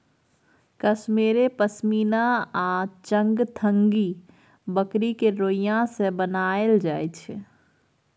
कश्मेरे पश्मिना आ चंगथंगी बकरी केर रोइयाँ सँ बनाएल जाइ छै